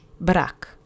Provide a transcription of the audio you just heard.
Brak